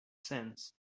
sands